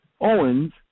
Owens